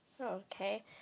Okay